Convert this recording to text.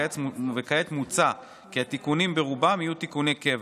וכעת מוצע כי התיקונים ברובם יהיו תיקוני קבע.